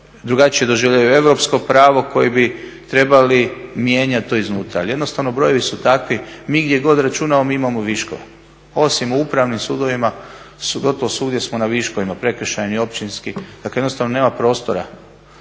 drugačije doživljavaju europsko pravo koji bi trebali mijenjati to iznutra. Ali jednostavno brojevi su takvi. Mi gdje god računamo mi imamo viškove osim u upravnim sudovima gotovo svugdje smo na viškovima, prekršajni, općinski dakle jednostavno nema prostora.